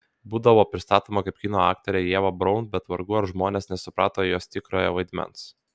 būdavo pristatoma kaip kino aktorė ieva braun bet vargu ar žmonės nesuprato jos tikrojo vaidmens